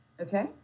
okay